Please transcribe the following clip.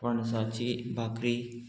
पणसाची भाकरी